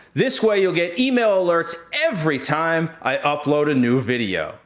this way, you'll get email alerts every time, i upload a new video.